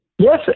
Yes